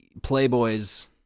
playboys